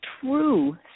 true